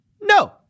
no